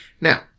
Now